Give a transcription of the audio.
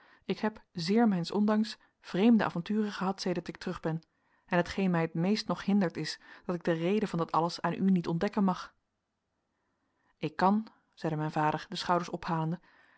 ik heb zeer mijns ondanks vreemde avonturen gehad sedert ik terug ben en hetgeen mij het meest nog hindert is dat ik de reden van dat alles aan u niet ontdekken mag ik kan zeide mijn vader de schouders ophalende